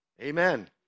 Amen